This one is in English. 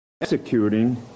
executing